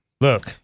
Look